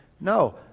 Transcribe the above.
No